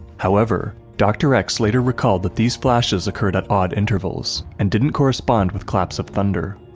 however, dr. x later recalled that these flashes occurred at odd intervals, and didn't correspond with claps of thunder.